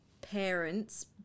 Parents